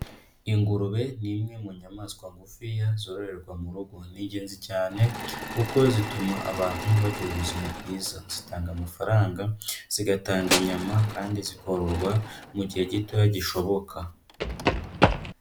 Ingurube ni imwe mu nyamaswa ngufiya zororerwa mu rugo, ni ingenzi cyane kuko zituma abantu bagira ubuzima bwiza, zitanga amafaranga, zigatanga inyama kandi zikororwa mu gihe gitoya gishoboka.